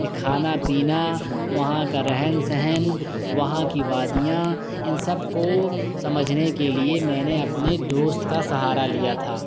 یہ کھانا پینا وہاں کا رہن سہن وہاں کی وادیاں ان سب کو سمجھنے کے لیے میں نے اپنے دوست کا سہارا لیا تھا